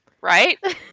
Right